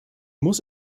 muss